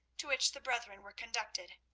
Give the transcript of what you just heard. to which the brethren were conducted.